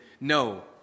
No